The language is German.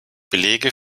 belege